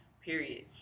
period